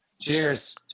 Cheers